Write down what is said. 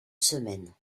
semaine